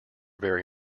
very